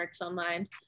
online